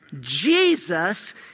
Jesus